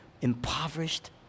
impoverished